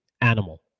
animal